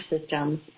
systems